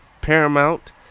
Paramount